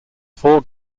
four